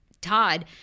Todd